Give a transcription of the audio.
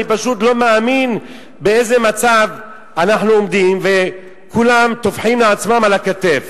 אני פשוט לא מאמין באיזה מצב אנחנו עומדים וכולם טופחים לעצמם על הכתף.